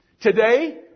Today